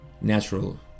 Natural